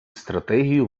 стратегію